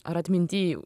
ar atminty